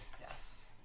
Yes